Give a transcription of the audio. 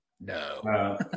No